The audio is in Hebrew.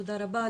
תודה רבה,